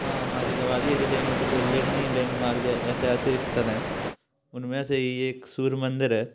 हाँ हमारे ग्वालियर जिले में कुछ उल्लेखनीय लैंडमार्क या ऐतिहासिक स्थल हैं उनमें से ये एक सूर्य मंदिर है